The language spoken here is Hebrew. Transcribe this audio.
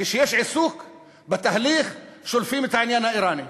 כשיש עיסוק בתהליך, שולפים את העניין האיראני.